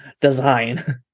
design